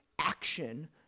action